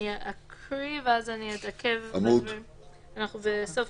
ואני מקריאה עם הגורם הרלבנטי: "שוכנע קצין משטרה צבאית